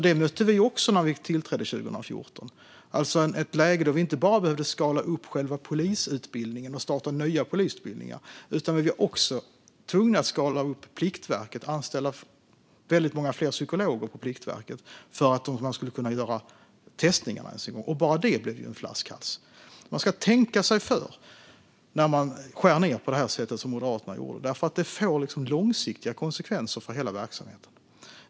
Detta mötte vi också när vi tillträdde 2014: ett läge där vi inte bara behövde skala upp själva polisutbildningen och starta nya polisutbildningar utan också blev tvungna att skala upp Pliktverket och anställa väldigt många fler psykologer där för att man skulle kunna göra testerna. Bara detta blev en flaskhals. Man ska tänka sig för när man skär ned på det sätt som Moderaterna gjorde, för det får långsiktiga konsekvenser för hela verksamheten.